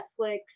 Netflix